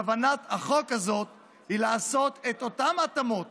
כוונת החוק הזאת היא לעשות את אותן התאמות